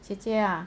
姐姐啊